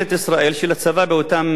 של הצבא באותן שנים,